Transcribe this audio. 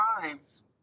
times